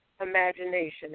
imagination